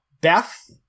Beth